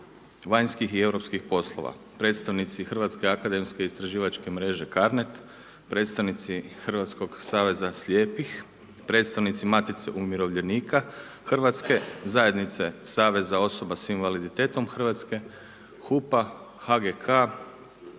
vanjskih i europskih poslova. Predstavnici Hrvatske akademske i istraživačke CARNET, predstavnici hrvatskog saveza slijepih, predstavnici matice umirovljenika Hrvatske, zajednice saveza osoba s invaliditetom Hrvatske, HUP-a, HGK,